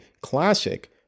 classic